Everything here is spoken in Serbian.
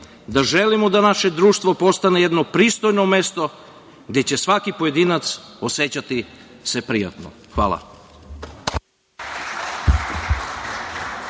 da želimo da naše društvo postane jedno pristojno mesto gde će se svaki pojedinac osećati prijatno. Hvala.